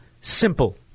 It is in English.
simple